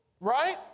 Right